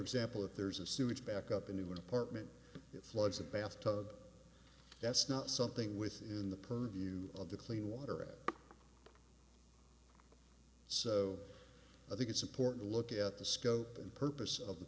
example if there's a sewage back up into an apartment it floods a bath tub that's not something within the purview of the clean water it so i think it's important to look at the scope and purpose of the